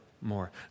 more